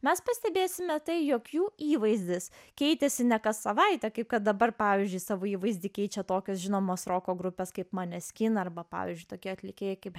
mes pastebėsime tai jog jų įvaizdis keitėsi ne kas savaitę kaip kad dabar pavyzdžiui savo įvaizdį keičia tokios žinomos roko grupės kaip mane skina arba pavyzdžiui tokie atlikėjai kaip